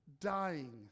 dying